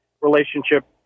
relationship